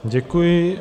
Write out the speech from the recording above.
Děkuji.